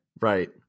Right